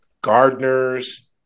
gardeners